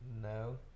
no